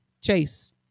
chase